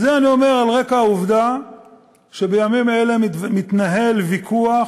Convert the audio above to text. את זה אני אומר על רקע העובדה שבימים אלו מתנהל ויכוח